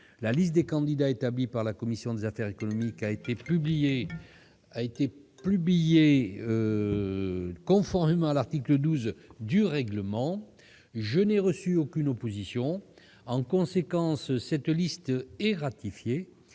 La liste des candidats établie par la commission des affaires économiques a été publiée conformément à l'article 12 du règlement. Je n'ai reçu aucune opposition. En conséquence, cette liste est ratifiée